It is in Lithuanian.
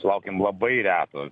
sulaukėm labai reto